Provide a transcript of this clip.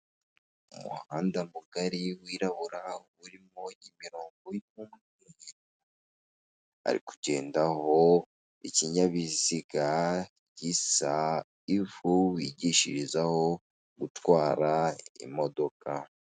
Hoteri yitwa Regasi hoteri aho iherereye ikaba ifite amarangi y'umuhondo ndetse avanze na y'umweru, ikaba iri ahantu heza cyane ku muhanda hari amahumbezi hateye n'ibiti bishobora gutanga akayaga.